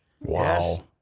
Wow